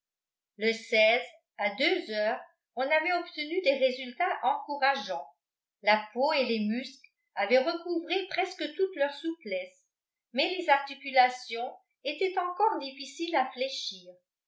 le à deux heures on avait obtenu des résultats encourageants la peau et les muscles avaient recouvré presque toute leur souplesse mais les articulations étaient encore difficiles à fléchir